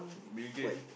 Bill Gates